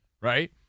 right